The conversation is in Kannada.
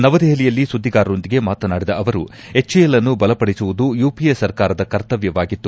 ನವದೆಪಲಿಯಲ್ಲಿ ಸುದ್ಗಿಗಾರರೊಂದಿಗೆ ಮಾತನಾಡಿದ ಅವರು ಎಚ್ಎಎಲ್ನ್ನು ಬಲಪಡಿಸುವುದು ಯುಪಿಎ ಸರ್ಕಾರದ ಕರ್ತವ್ಯವಾಗಿತ್ತು